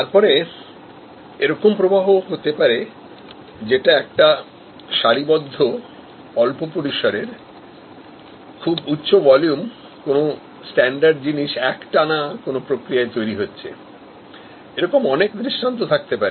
তারপরে এরকম পরিষেবা হতে পারেযেখানে অল্প সময় ধরে একটা সারিবদ্ধ প্রবাহে অনেক পরিমাণেকোন স্ট্যান্ডার্ড জিনিস একটানা কোন প্রক্রিয়ায় তৈরি হচ্ছে এরকম অনেক দৃষ্টান্ত থাকতে পারে